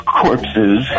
corpses